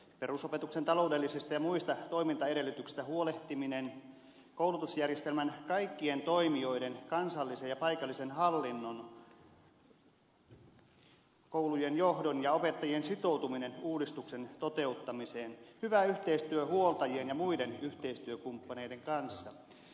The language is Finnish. perusopetuksen taloudellisista ja muista toimintaedellytyksistä huolehtiminen koulutusjärjestelmän kaikkien toimijoiden kansallisen ja paikallisen hallinnon koulujen johdon ja opettajien sitoutuminen uudistuksen toteuttamiseen hyvä yhteistyö huoltajien ja muiden yhteistyökumppaneiden kanssa